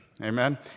Amen